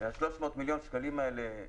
300 מיליון שקלים האלה,